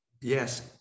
Yes